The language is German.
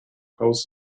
haus